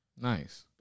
Nice